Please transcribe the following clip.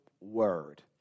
word